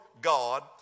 God